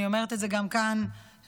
אני אומרת את זה גם כאן לחברי,